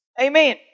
Amen